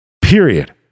period